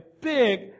big